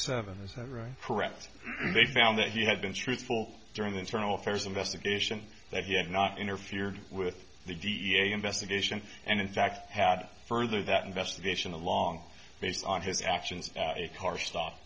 seven is that right correct they found that he had been truthful during the internal affairs investigation that he had not interfered with the g e a investigation and in fact had further that investigation along based on his actions a car st